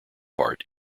part